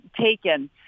taken